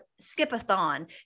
skip-a-thon